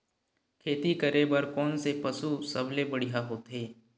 खेती करे बर कोन से पशु सबले बढ़िया होथे?